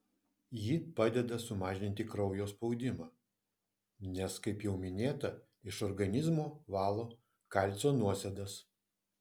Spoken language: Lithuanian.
ji padeda sumažinti kraujo spaudimą nes kaip jau minėta iš organizmo valo kalcio nuosėdas